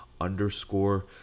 underscore